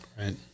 Right